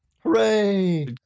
Hooray